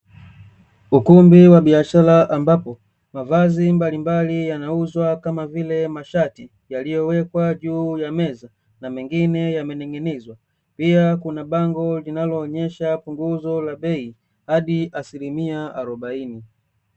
Ukumbi wa biashara ambapo, mavazi mbalimbali yanauzwa kama vile mashati yaliyowekwa juu ya meza na mengine yamening'inizwa, pia kuna bango linaloonyesha punguzo la bei hadi asilimia arobaini.